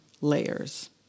layers